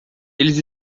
eles